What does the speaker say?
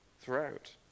throughout